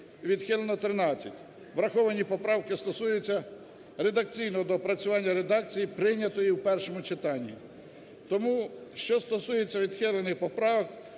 відхилено 13. Враховані поправки стосуються редакційного доопрацювання редакції прийнятої в першому читанні. Тому, що стосується відхилених поправок,